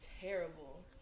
terrible